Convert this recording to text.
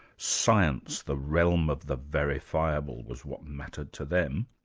science, the realm of the verifiable, was what mattered to them.